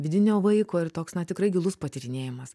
vidinio vaiko ir toks na tikrai gilus patyrinėjimas